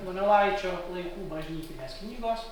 donelaičio laikų bažnytinės knygos